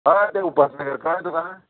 हय तें उपर कळ्ळें तुका